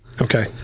Okay